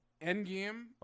Endgame